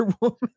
Woman